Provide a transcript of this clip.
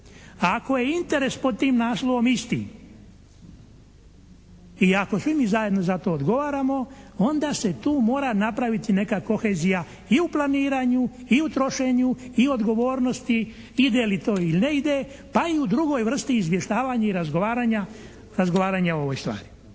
ako je interes pod tim naslovom isti i ako svi mi zajedno za to odgovaramo onda se tu mora napraviti neka kohezija i u planiranju i u trošenju i u odgovornosti ide li to ili ne ide pa i u drugoj vrsti izvještavanja i razgovaranja, razgovaranja